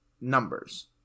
numbers